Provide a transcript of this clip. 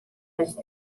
baix